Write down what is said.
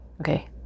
Okay